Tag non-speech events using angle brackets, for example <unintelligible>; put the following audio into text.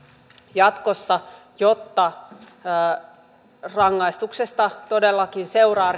jatkossa jotta rikoksesta todellakin seuraa <unintelligible>